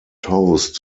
host